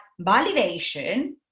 validation